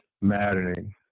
maddening